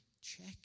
Check